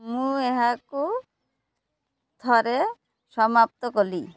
ମୁଁ ଏହାକୁ ଥରେ ସମାପ୍ତ କଲି